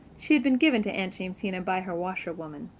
she had been given to aunt jamesina by her washerwoman.